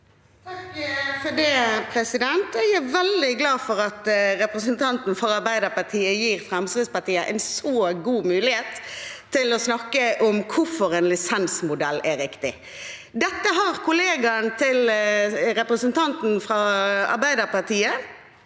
(FrP) Jeg er veldig glad for at representanten fra Arbeiderpartiet gir Fremskrittspartiet en så god mulighet til å snakke om hvorfor en lisensmodell er riktig. Dette har kollegaene til representanten fra Arbeiderpartiet